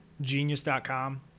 Genius.com